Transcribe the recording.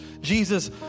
Jesus